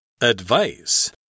advice